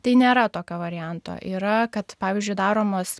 tai nėra tokio varianto yra kad pavyzdžiui daromos